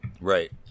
Right